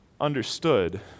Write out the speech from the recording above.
understood